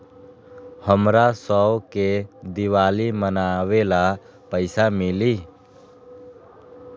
हमरा शव के दिवाली मनावेला पैसा मिली?